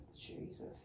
Jesus